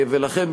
לכן,